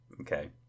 okay